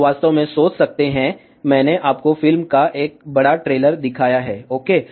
आप वास्तव में सोच सकते हैं मैंने आपको फिल्म का एक बड़ा ट्रेलर दिखाया है ओके